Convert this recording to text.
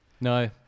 No